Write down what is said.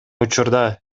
учурда